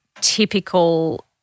typical